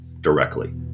directly